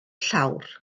llawr